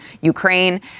Ukraine